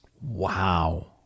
Wow